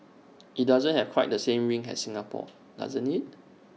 IT doesn't have quite the same ring as Singapore does IT